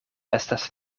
estas